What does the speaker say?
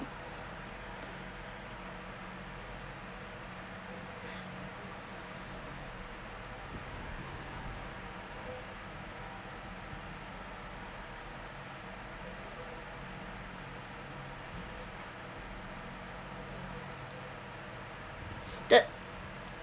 the